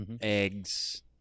Eggs